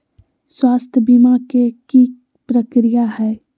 स्वास्थ बीमा के की प्रक्रिया है?